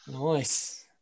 Nice